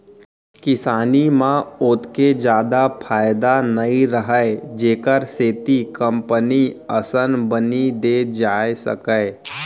किसानी म ओतेक जादा फायदा नइ रहय जेखर सेती कंपनी असन बनी दे जाए सकय